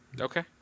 okay